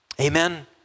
Amen